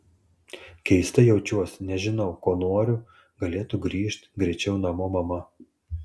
keistai jaučiuosi nežinau ko noriu galėtų grįžt greičiau namo mama